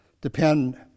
depend